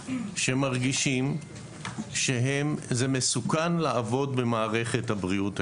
שמרגישים שזה מסוכן לעבוד היום במערכת הבריאות.